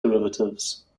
derivatives